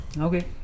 Okay